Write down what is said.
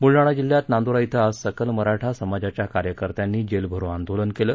बुलडाणा जिल्हयात नांदुरा थ्रें आज सकल मराठा समाजाच्या कार्यकर्त्यांनी जेलभरो आंदोलन केलं